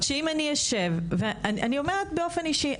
אני אומרת באופן אישי,